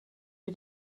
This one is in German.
wie